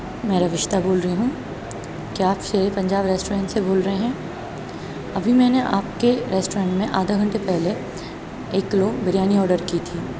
میں روشتہ بول رہی ہوں کیا آپ شیر پنجاب ریسٹورینٹ سے بول رہے ہیں ابھی میں نے آپ کے ریسٹورینٹ میں آدھا گھنٹے پہلے ایک کلو بریانی آڈر کی تھی